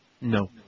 No